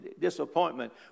disappointment